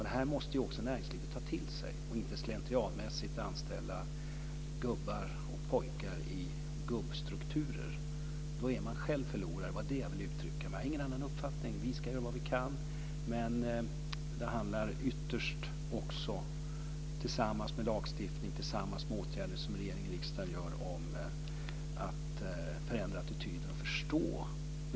Det här måste näringslivet ta till sig och inte slentrianmässigt anställa gubbar och pojkar i gubbstrukturer. Då är man själv förlorare, det är det jag vill uttrycka. Jag har ingen annan uppfattning. Vi ska göra vad vi kan, men det handlar ytterst också, tillsammans med lagstiftning och de åtgärder som regering och riksdag vidtar, om att förändra attityder.